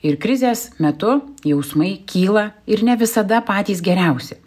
ir krizės metu jausmai kyla ir ne visada patys geriausi